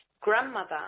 grandmother